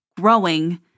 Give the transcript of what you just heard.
growing